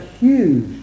huge